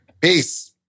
Peace